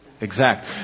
exact